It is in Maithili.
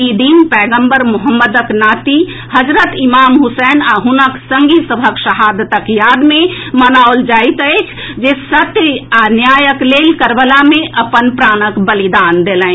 ई दिन पैगबंर मोहम्मदक नाती हजरत इमाम हुसैन आ हुनक संगी सभक शहादतक याद मे मनओल जाइत अछि जे सत्य आ न्यायक लेल कर्बला मे अपन प्राणक बलिदान देलनि